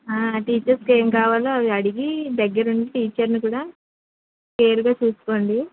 టీచర్స్కి ఏం కావాలో అవి అడిగి దగ్గర ఉండి టీచర్ని కూడా కేర్గా చూసుకోండి